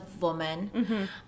woman